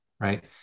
right